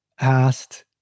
asked